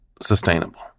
Sustainable